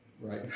Right